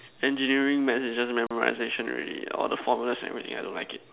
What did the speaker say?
engineering maths is just memorization already all the formulas and everything I don't like it